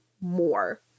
more